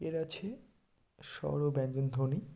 এর আছে স্বর ও ব্যঞ্জন ধ্বনি